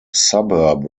suburb